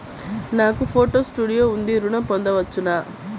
నాకు photo studio ఉంది ఋణం పొంద వచ్చునా?